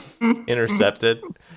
Intercepted